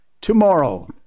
Tomorrow